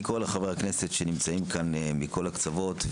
אני קורא לחברי הכנסת שנמצאים כאן מכל הקצוות,